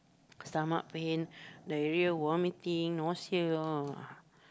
stomach pain diarrhoea vomiting nausea all